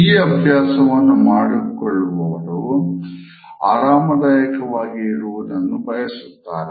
ಈ ಅಭ್ಯಾಸವನ್ನು ಆಯ್ಕೆಮಾಡಿಕೊಳ್ಳುವವರು ಆರಾಮದಾಯಕವಾಗಿ ಇರವುದನ್ನು ಬಯಸುತ್ತಾರೆ